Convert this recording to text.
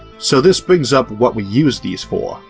so this brings up what we use these for.